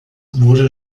wurde